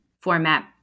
Format